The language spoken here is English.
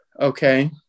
Okay